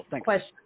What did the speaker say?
question